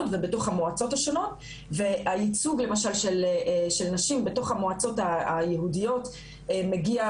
ובתוך המועצות השונות והייצוג למשל של נשים בתוך המועצות היהודיות מגיע,